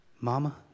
Mama